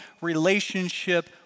relationship